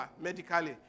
medically